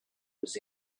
was